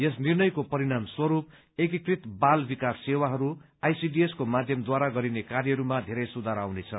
यस निर्णयको परिणामस्वरूप एकीकृत बाल विकास सेवाहरू आइसीडीएस को माध्यमद्वारा गरिने कार्यहरूमा धेरै सुधार आउनेछ